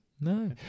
No